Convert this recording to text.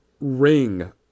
ring